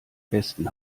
besten